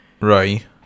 Right